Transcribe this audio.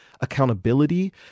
accountability